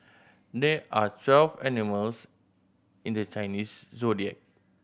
there are twelve animals in the Chinese Zodiac